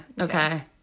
Okay